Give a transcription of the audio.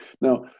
Now